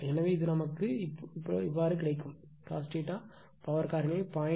எனவே இது நமக்கு எப்படி கிடைத்தது cos பவர் காரணியை 0